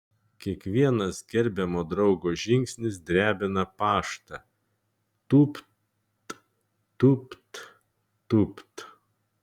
kiekvienas gerbiamo draugo žingsnis drebina paštą tūpt tūpt tūpt